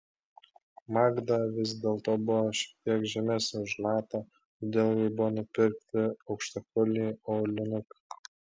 magda vis dėlto buvo šiek tiek žemesnė už natą todėl jai buvo nupirkti aukštakulniai aulinukai